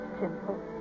simple